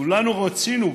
כולנו רצינו.